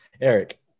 Eric